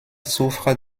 souffre